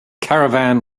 caravan